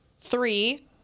three